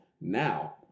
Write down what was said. Now